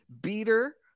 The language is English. Beater